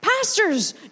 Pastors